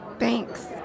Thanks